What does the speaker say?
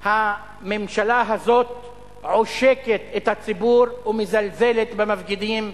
הממשלה הזו עושקת את הציבור ומזלזלת במפגינים.